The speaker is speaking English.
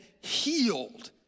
healed